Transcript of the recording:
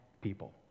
people